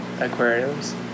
aquariums